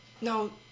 No